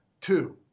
Two